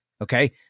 Okay